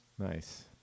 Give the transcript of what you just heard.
Nice